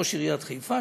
ראש עיריית חיפה,